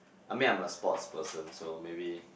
I mean I'm a sports person so maybe